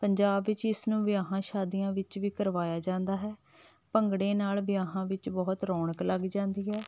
ਪੰਜਾਬ ਵਿੱਚ ਇਸ ਨੂੰ ਵਿਆਹਾਂ ਸ਼ਾਦੀਆਂ ਵਿੱਚ ਵੀ ਕਰਵਾਇਆ ਜਾਂਦਾ ਹੈ ਭੰਗੜੇ ਨਾਲ ਵਿਆਹਾਂ ਵਿੱਚ ਬਹੁਤ ਰੌਣਕ ਲੱਗ ਜਾਂਦੀ ਹੈ